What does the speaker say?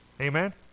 Amen